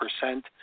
percent